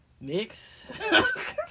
Next